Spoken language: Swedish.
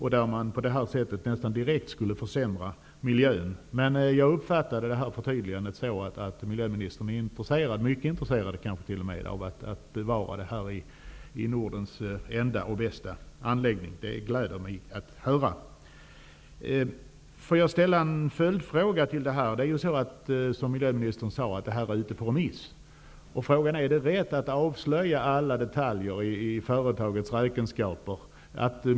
På det sättet skulle man nästan direkt försämra miljön. Men jag uppfattade förtydligandet som att miljöministern är mycket intresserad av att bevara Nordens enda och bästa anläggning. Det gläder mig att höra. Jag skulle vilja ställa en följdfråga. Som miljöministern sade är detta ärende ute på remiss. Är det rätt att avslöja alla detaljer i företagets räkenskaper?